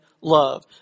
love